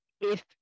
if-